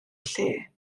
lle